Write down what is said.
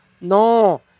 No